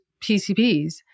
PCPs